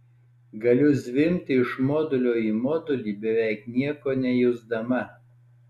galiu zvimbti iš modulio į modulį beveik nieko nejusdama